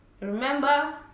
Remember